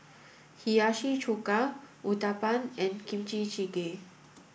Hiyashi Chuka Uthapam and Kimchi Jjigae